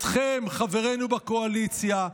אתכם, חברינו בקואליציה,